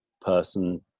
person